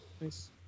Nice